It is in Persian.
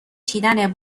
چیدن